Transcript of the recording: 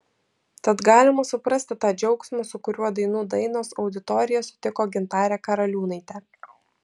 tad galima suprasti tą džiaugsmą su kuriuo dainų dainos auditorija sutiko gintarę karaliūnaitę